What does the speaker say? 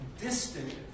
distant